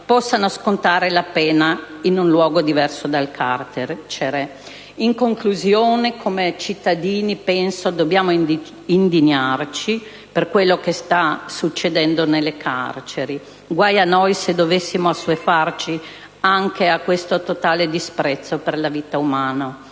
possano scontare la pena in un luogo diverso dal carcere. In conclusione, come cittadini penso dobbiamo indignarci per quello che sta succedendo nelle nostre carceri: guai a noi se dovessimo assuefarci anche a questo totale disprezzo per la vita umana.